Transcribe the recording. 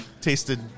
tasted